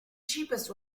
cheapest